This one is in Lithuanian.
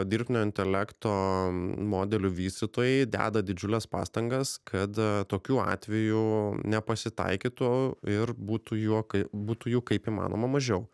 dirbtinio intelekto modelių vystytojai deda didžiules pastangas kad a tokių atvejų nepasitaikytų ir būtų juokai būtų jų kaip įmanoma mažiau